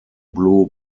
blue